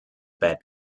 bed